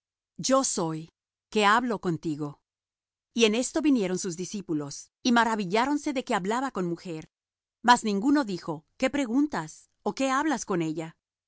yo soy que hablo contigo y en esto vinieron sus discípulos y maravilláronse de que hablaba con mujer mas ninguno dijo qué preguntas ó qué hablas con ella